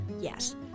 Yes